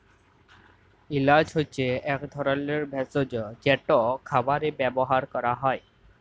এল্যাচ হছে ইক ধরলের ভেসজ যেট খাবারে ব্যাভার ক্যরা হ্যয়